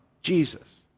Jesus